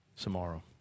tomorrow